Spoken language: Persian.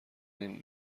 این